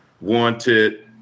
wanted